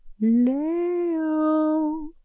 Leo